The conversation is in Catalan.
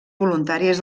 voluntàries